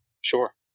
sure